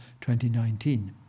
2019